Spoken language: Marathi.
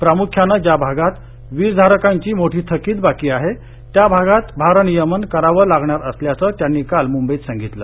प्रामुख्यानं ज्या भागात विजधारकांची मोठी थकीत बाकी आहे त्या भागात भार नियमन करावं लागणार असल्याचं त्यांनी काल मुंबईत सांगितलं